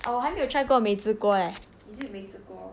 哦我还没有 try 过美滋锅 eh